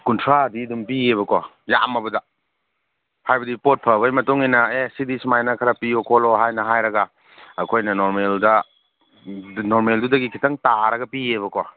ꯀꯨꯟꯊ꯭ꯔꯥꯗꯤ ꯑꯗꯨꯝ ꯄꯤꯌꯦꯕꯀꯣ ꯌꯥꯝꯃꯕꯗ ꯍꯥꯏꯕꯗꯤ ꯄꯣꯠ ꯐꯕꯒꯤ ꯃꯇꯨꯡꯏꯟꯅ ꯑꯦ ꯁꯤꯗꯤ ꯁꯨꯃꯥꯏꯅ ꯈꯔ ꯄꯤꯌꯨ ꯈꯣꯠꯂꯣ ꯍꯥꯏꯅ ꯍꯥꯏꯔꯒ ꯑꯩꯈꯣꯏꯅ ꯅꯣꯔꯃꯦꯜꯗ ꯅꯣꯔꯃꯦꯜꯗꯨꯗꯒꯤ ꯈꯤꯇꯪ ꯇꯥꯔꯒ ꯄꯤꯌꯦꯕꯀꯣ